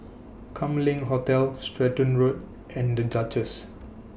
Kam Leng Hotel Stratton Road and The Duchess